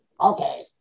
okay